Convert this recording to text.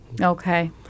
Okay